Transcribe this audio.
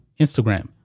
Instagram